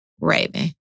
Raven